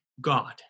God